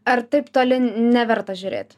ar taip toli neverta žiūrėt